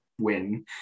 win